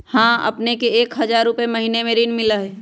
हां अपने के एक हजार रु महीने में ऋण मिलहई?